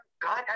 god